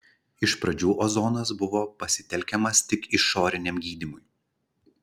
iš pradžių ozonas buvo pasitelkiamas tik išoriniam gydymui